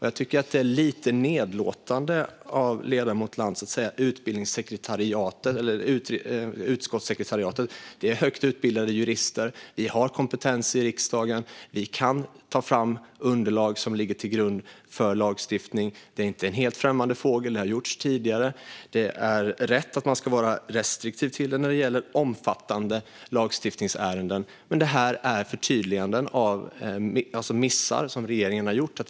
Jag tycker att ledamoten Lantz är lite nedlåtande när han säger utskottssekretariatet. Det är högt utbildade jurister. Vi har kompetens i riksdagen, och vi kan ta fram underlag som ligger till grund för lagstiftning. Det är inte en helt främmande fågel. Det har gjorts tidigare. Det är rätt att man ska vara restriktiv till det när det gäller omfattande lagstiftningsärenden. Men detta är förtydliganden och handlar om missar som regeringen har gjort.